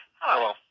Hello